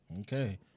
okay